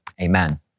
amen